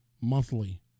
monthly